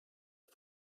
est